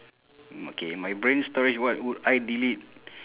okay my brain storage what would I delete